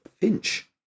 Finch